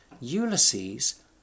ulysses